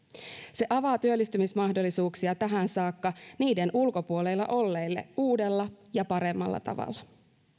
se avaa työllistymismahdollisuuksia tähän saakka niiden ulkopuolella olleille uudella ja paremmalla tavalla